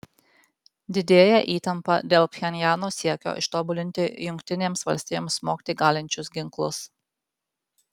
didėja įtampa dėl pchenjano siekio ištobulinti jungtinėms valstijoms smogti galinčius ginklus